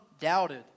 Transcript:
doubted